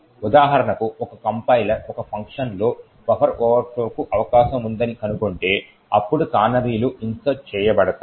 ఉదాహరణకు ఒక కంపైలర్ ఒక ఫంక్షన్లో బఫర్ ఓవర్ఫ్లోకు అవకాశం ఉందని కనుగొంటే అప్పుడు కానరీలు ఇన్సర్ట్ చేయబడతాయి